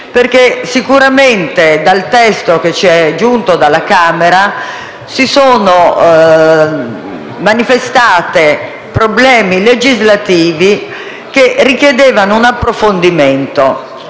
Infatti, nel testo che ci è giunto dalla Camera si sono manifestati problemi legislativi che richiedevano un approfondimento.